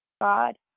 God